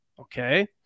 okay